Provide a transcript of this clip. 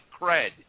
cred